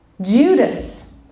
Judas